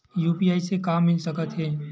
UPI से का मिल सकत हे?